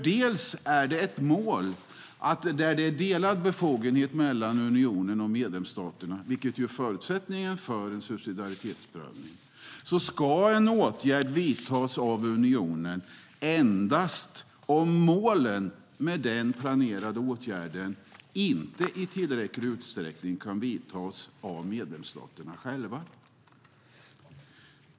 Det är ett mål att där det är delad befogenhet mellan unionen och medlemsstaterna, vilket ju är förutsättningen för en subsidiaritetsprövning, ska en åtgärd vidtas av unionen endast om målen med den planerade åtgärden inte i tillräcklig utsträckning kan vidtas av medlemsstaterna själva.